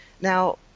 Now